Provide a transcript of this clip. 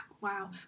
wow